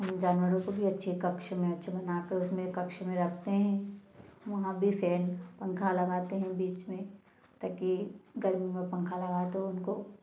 हम जानवरों को भी अच्छे कक्ष में अच्छे बनाकर उसमे कक्ष में रखते हैं वहाँ पर फैन पंखा लगाते हैं बीच में ताकि गर्मी में पंखा लगा तो उनको